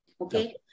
Okay